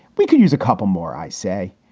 we can use a couple more, i say,